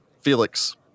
Felix